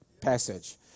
passage